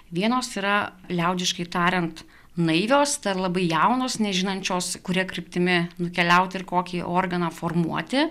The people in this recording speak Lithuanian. vienos yra liaudiškai tariant naivios dar labai jaunos nežinančios kuria kryptimi nukeliauti ir kokį organą formuoti